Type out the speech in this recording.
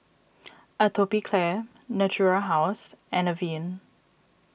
Atopiclair Natura House and Avene